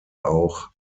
auch